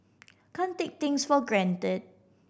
can't take things for granted